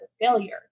failure